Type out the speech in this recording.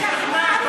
היא משכנעת אותה.